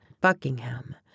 Buckingham